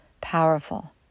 powerful